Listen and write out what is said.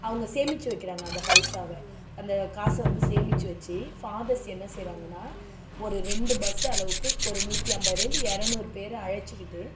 அவங்க சேமித்து வைக்கிறாங்க அந்த பைசாவை அந்த காசை வந்து சேமித்து வச்சு ஃபாதர்ஸ் என்ன செய்கிறாங்கனா ஒரு ரெண்டு பஸ் அளவுக்கு ஒரு நூற்றி ஐம்பதுலேருந்து இரநூறு பேரை அழைச்சிக்கிட்டு